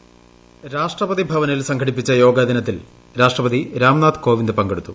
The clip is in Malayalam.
സുനീഷ് വോയിസ് രാഷ്ട്രപതി ഭവനിൽ സംഘടിപ്പിച്ചു യോഗാ ദിനത്തിൽ രാഷ്ട്രപതി രാംനാഥ് കോവിന്ദ് പങ്കെടുത്തു